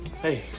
Hey